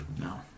No